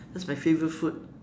that's my favorite food